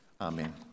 Amen